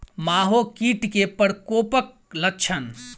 माहो कीट केँ प्रकोपक लक्षण?